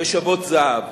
ושוות זהב.